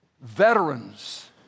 veterans